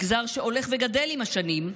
מגזר שהולך וגדל עם השנים,